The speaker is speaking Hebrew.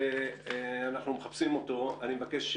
בבקשה.